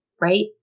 Right